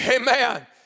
Amen